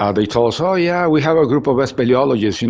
ah they tell us oh, yeah, we have a group of speleologist, you know